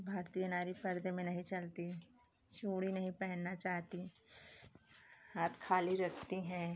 भारतीय नारी पर्दे में नहीं चलती चूड़ी नहीं पहनना चाहती हाथ खाली रखती हैं